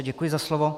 Děkuji za slovo.